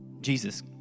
Jesus